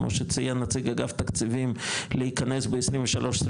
כמו שציין נציג אגף תקציבים - להיכנס ב-23-24,